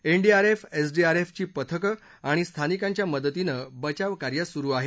NDRF एसडीआरएफची पथकं आणि स्थानिकांच्या मदतीनं बचावकार्य सुरू आहे